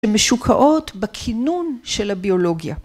‫ומשוקעות בכינון של הביולוגיה.